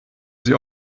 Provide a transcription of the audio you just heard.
sie